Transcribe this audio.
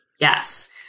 Yes